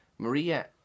Maria